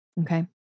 Okay